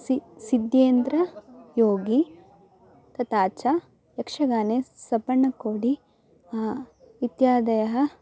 C Siddhendra Yogi तथा च यक्षगाने स्सब्बण्णकोडी इत्यादयः